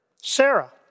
Sarah